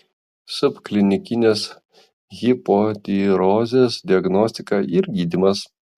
subklinikinės hipotirozės diagnostika ir gydymas